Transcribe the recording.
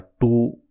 two